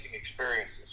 experiences